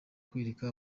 kwereka